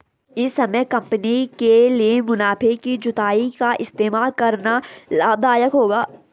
इस समय कंपनी के लिए मुनाफे की जुताई का इस्तेमाल करना लाभ दायक होगा